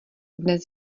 dnes